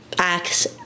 Acts